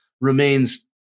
remains